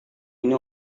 ini